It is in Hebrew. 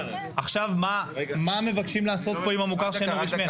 מה מבקשים לעשות פה עם המוכר שאינו רשמי?